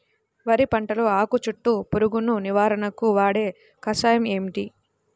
వరి పంటలో ఆకు చుట్టూ పురుగును నివారణకు వాడే కషాయం ఏమిటి?